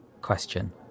question